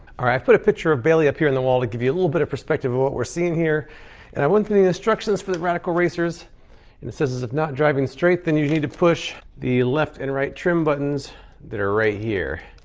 i've put a picture of bailey up here on the wall to give you a little bit of perspective of what we're seeing here and i went through the instructions for the radical racers and it says if not driving straight then you need to push the left and right trim buttons that are right here.